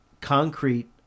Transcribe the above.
concrete